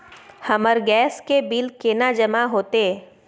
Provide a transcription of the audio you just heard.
हमर गैस के बिल केना जमा होते?